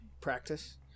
practice